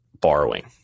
borrowing